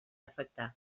afectar